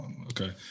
Okay